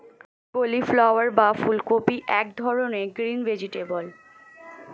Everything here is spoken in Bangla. কলিফ্লাওয়ার বা ফুলকপি এক ধরনের গ্রিন ভেজিটেবল